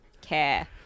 care